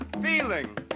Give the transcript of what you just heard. feeling